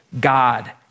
God